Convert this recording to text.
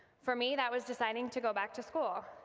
for me that was deciding to go back to school.